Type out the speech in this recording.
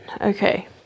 Okay